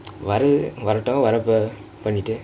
வரது வரட்டும் வரப்ப பன்னிட்டு:varathu varattum varappa pannittu